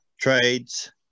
trades